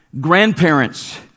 Grandparents